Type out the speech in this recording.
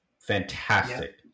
Fantastic